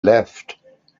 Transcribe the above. left